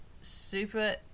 super